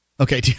Okay